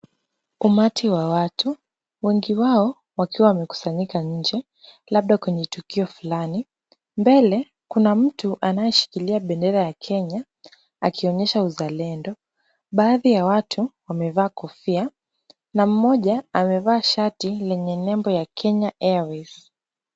Umati wa watu, wengi wao wakiwa wamekusanyika nje, labda kwenye tukio fulani. Mbele kuna mtu anayeshikilia bendera ya Kenya akionyesha uzalendo. Baadhi ya watu wamevalia kofia na mmoja amevaa shati lenye nembo ya Kenya Airways.